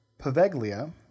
Paveglia